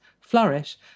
flourish